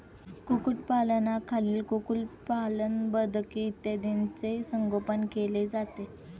कुक्कुटपालनाखाली कुक्कुटपालन, बदके इत्यादींचे संगोपन केले जाते